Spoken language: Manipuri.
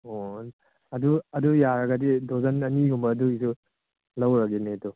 ꯑꯣ ꯑꯗꯨ ꯑꯗꯨ ꯌꯥꯔꯒꯗꯤ ꯗꯣꯖꯟ ꯑꯅꯤꯒꯨꯝꯕ ꯑꯗꯨꯒꯤꯗꯨ ꯂꯧꯔꯒꯦꯅꯦ ꯑꯗꯣ